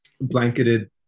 blanketed